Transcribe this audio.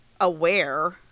aware